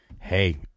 Hey